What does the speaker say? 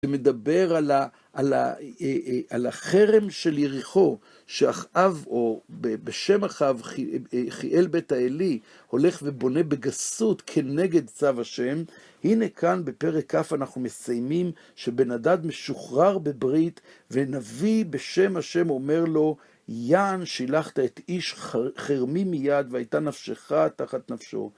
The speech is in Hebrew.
ומדבר על החרם של יריחו, שאחאב או בשם אחאב, חיאל בית האלי, הולך ובונה בגסות כנגד צו השם. הנה כאן, בפרק כ', אנחנו מסיימים שבן הדד משוחרר בברית, ונביא בשם השם אומר לו, יען, שילחת את איש חרמי מיד, והייתה נפשך תחת נפשו.